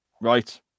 Right